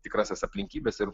tikrąsias aplinkybes ir